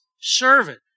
servant